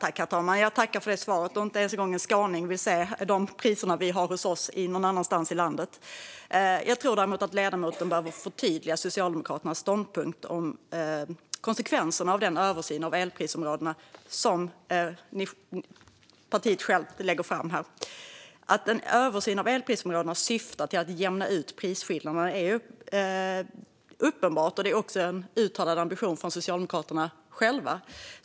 Herr talman! Jag tackar för svaret. Ingen skåning vill nog se de priser vi har hos oss någon annanstans i landet. Jag tror däremot att ledamoten behöver förtydliga Socialdemokraternas ståndpunkt om konsekvenserna av den översyn av elprisområdena som partiet lägger fram här. Att en översyn av elprisområdena syftar till att jämna ut prisskillnaderna är ju uppenbart, och det är också en uttalad ambition från Socialdemokraterna.